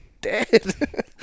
dead